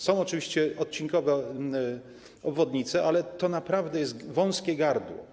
Są oczywiście odcinkowe obwodnice, ale to naprawdę jest wąskie gardło.